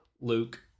Luke